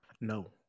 No